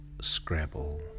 Scrabble